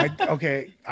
Okay